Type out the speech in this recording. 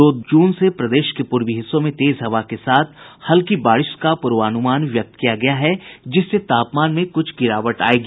दो जून से प्रदेश के पूर्वी हिस्सों में तेज हवा के साथ हल्की बारिश का पूर्वानुमान व्यक्त किया गया है जिससे तापमान में कुछ गिरावट आयेगी